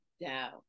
down